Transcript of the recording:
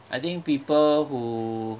I think people who